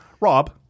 Rob